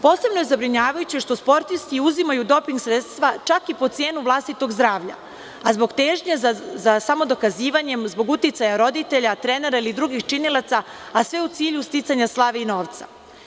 Posebno je zabrinjavajuće što sportisti uzimaju doping sredstva čak i po cenu vlastitog zdravlja, a zbog težnje za samodokazivanjem zbog uticaja roditelja, trenera ili drugih činilaca, a sve u cilju sticanja slave i novca.